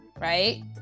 right